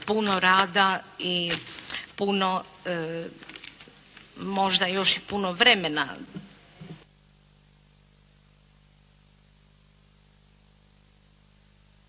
puno rada i puno možda još i puno vremena